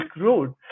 Road